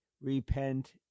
repent